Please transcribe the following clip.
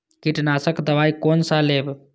कीट नाशक दवाई कोन सा लेब?